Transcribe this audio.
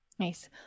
Nice